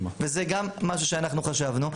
וזה גם משהו שאנחנו חשבנו,